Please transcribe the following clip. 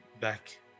Back